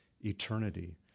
eternity